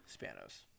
Spanos